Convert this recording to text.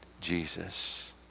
Jesus